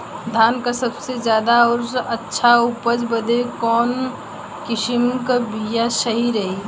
धान क सबसे ज्यादा और अच्छा उपज बदे कवन किसीम क बिया सही रही?